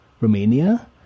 Romania